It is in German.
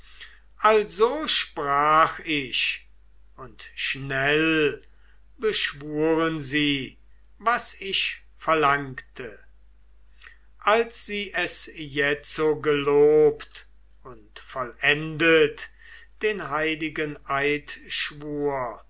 also sprach ich und schnell beschwuren sie was ich verlangte als sie es jetzo gelobt und vollendet den heiligen eidschwur